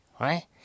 right